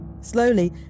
Slowly